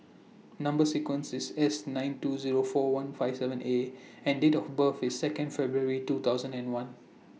Number sequence IS S nine two Zero four one five seven A and Date of birth IS Second February two thousand and one